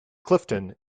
clifton